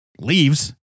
leaves